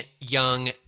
young